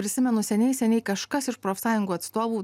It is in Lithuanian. prisimenu seniai seniai kažkas iš profsąjungų atstovų